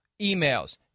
emails